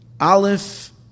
Aleph